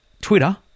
Twitter